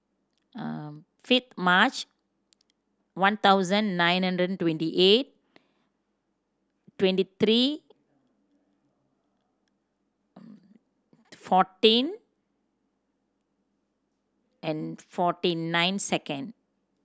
fifth March one thousand nine hundred twenty eight twenty three fourteen and forty nine second